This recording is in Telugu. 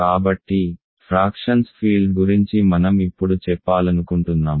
కాబట్టి ఫ్రాక్షన్స్ ఫీల్డ్ గురించి మనం ఇప్పుడు చెప్పాలనుకుంటున్నాము